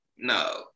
No